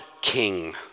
king